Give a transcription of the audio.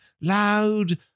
loud